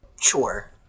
Sure